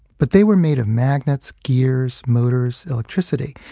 but they were made of magnets, gears, motors, electricity,